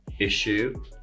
issue